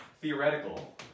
theoretical